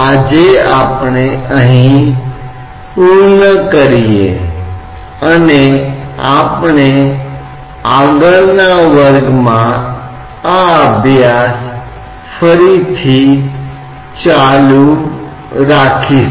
इसलिए अगली कक्षा में हम देखेंगे कि समतल और वक्र सतहों पर कौन कौन से बल हैं जो एक तरल पदार्थ में हैं